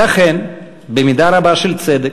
ואכן, במידה רבה של צדק,